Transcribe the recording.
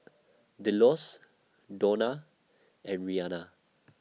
Delos Donna and Rianna